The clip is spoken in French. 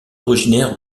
originaires